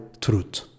truth